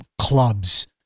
clubs